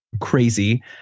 crazy